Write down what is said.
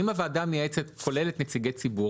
אם הוועדה המייעצת כוללת נציגי ציבור,